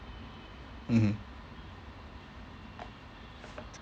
mmhmm